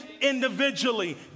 individually